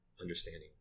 understanding